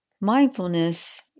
Mindfulness